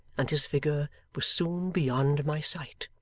and his figure was soon beyond my sight.